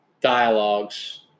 dialogues